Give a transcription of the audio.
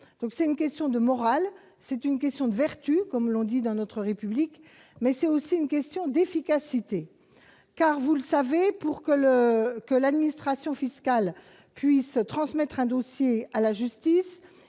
C'est une question de morale, une question de vertu, comme on le dit dans notre République, mais c'est aussi une question d'efficacité. En effet, vous le savez, pour que l'administration fiscale puisse transmettre un dossier à la justice,